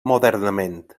modernament